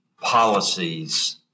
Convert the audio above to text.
policies